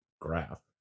graph